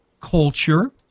culture